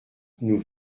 nous